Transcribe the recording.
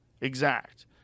exact